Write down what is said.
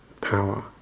power